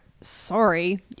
Sorry